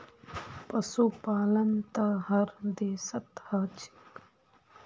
पशुपालन त हर देशत ह छेक